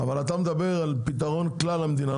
אבל אתה מדבר על פתרון לכלל המדינה,